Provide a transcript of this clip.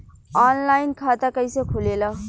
Online खाता कइसे खुलेला?